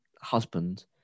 husband